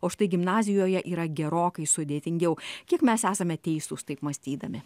o štai gimnazijoje yra gerokai sudėtingiau kiek mes esame teisūs taip mąstydami